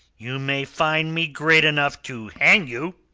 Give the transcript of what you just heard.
you may find me great enough to hang you.